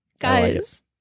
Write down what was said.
Guys